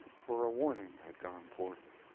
for a warning had gone forth,